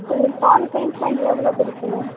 சரி பாதி பேமெண்ட் எவ்வளோ கொடுக்கணும்